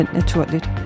naturligt